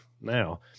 now